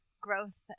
growth